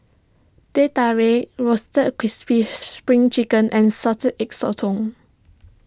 Teh Tarik Roasted Crispy Spring Chicken and Salted Egg Sotong